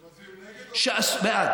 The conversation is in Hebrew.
אתם מצביעים נגד או בעד?